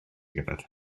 gyrraedd